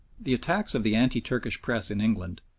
the attacks of the anti-turkish press in england,